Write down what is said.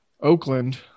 Oakland